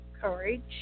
courage